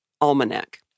Almanac